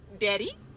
daddy